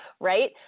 right